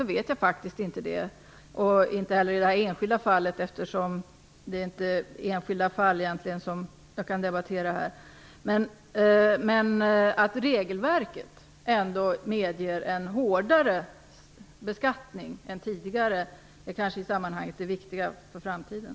Det vet jag faktiskt inte, inte heller när det gäller det enskilda fallet - jag kan ju inte debattera enskilda fall. Att regelverket medger en hårdare beskattning än tidigare är i sammanhanget kanske det viktiga för framtiden.